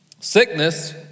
sickness